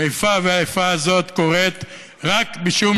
האיפה והאיפה הזאת קורית רק משום